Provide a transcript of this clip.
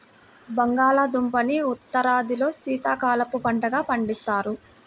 బంగాళాదుంపని ఉత్తరాదిలో శీతాకాలపు పంటగా పండిస్తారు